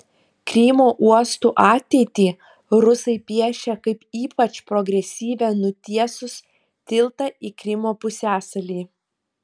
krymo uostų ateitį rusai piešia kaip ypač progresyvią nutiesus tiltą į krymo pusiasalį